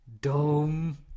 dome